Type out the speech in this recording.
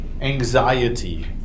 anxiety